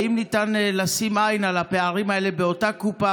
האם אפשר לשים עין על הפערים האלה באותה קופה,